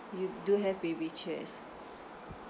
you do have baby chairs